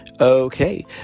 okay